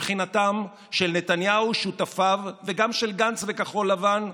מבחינתם של נתניהו ושותפיו, וגם של גנץ וכחול לבן,